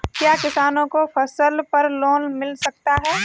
क्या किसानों को फसल पर लोन मिल सकता है?